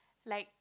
like